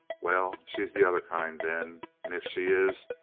well, she's the other kind then and if she is,